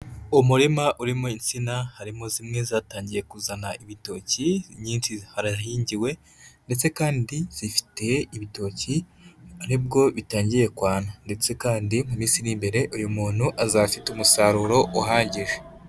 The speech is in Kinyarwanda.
Umurima urimo insina, harimo zimwe zatangiye kuzana ibitoki, nyinshi harahingiwe, ndetse kandi zifite ibitoki, aribwo bitangiye kwana, ndetse kandi mu minsi iri imbere, uyu muntu azaba afite umusaruro uhagije.